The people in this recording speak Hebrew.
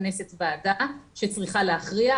מתכנסת ועדה שצריכה להכריע.